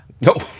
Nope